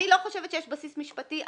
אני לא חושבת שיש בסיס משפטי.